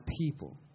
people